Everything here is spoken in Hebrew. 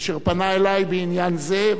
אשר פנה אלי בעניין זה.